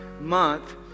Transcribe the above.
month